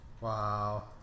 Wow